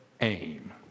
aim